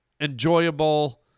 enjoyable